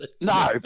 No